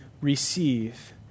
receive